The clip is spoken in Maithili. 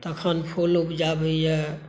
तखन फूल उपजाबैया